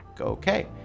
okay